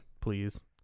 please